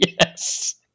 Yes